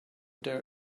their